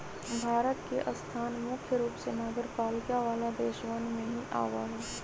भारत के स्थान मुख्य रूप से नगरपालिका वाला देशवन में ही आवा हई